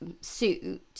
suit